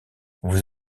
vous